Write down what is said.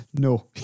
No